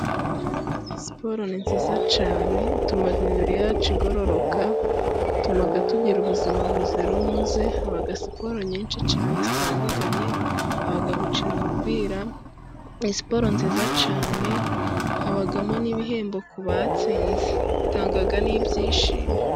Siporo ni nziza cyane, ituma imibiri yacu igororoka, ituma tugira ubuzima buzira umuze, haba siporo nyinshi cyane zitandukanye, haba gukina umupira, sporo nziza cyane, habamo n'ibihembo ku batsinze, itanga n'ibyishimo.